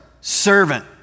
servant